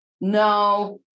No